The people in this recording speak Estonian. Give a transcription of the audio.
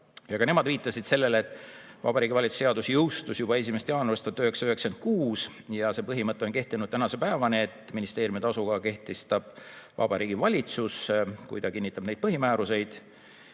Ka nemad viitasid sellele, et Vabariigi Valitsuse seadus jõustus juba 1. jaanuaril 1996 ja see põhimõte on kehtinud tänase päevani, et ministeeriumide asukoha kehtestab Vabariigi Valitsus, kui ta kinnitab neid põhimääruseid.